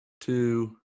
two